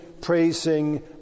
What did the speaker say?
praising